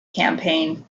campaign